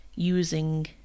using